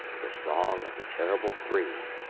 the song of the terrible three